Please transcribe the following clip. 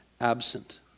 absent